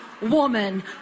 woman